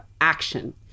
action